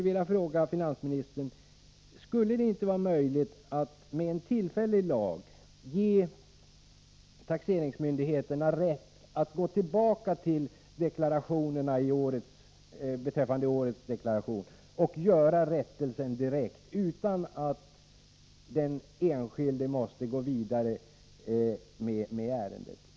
Jag vill fråga finansministern: Skulle det inte vara möjligt att genom en tillfällig lag ge taxeringsmyndigheterna rätt att gå tillbaka till årets deklarationer och göra rättelsen direkt utan att den enskilde måste gå vidare med ärendet?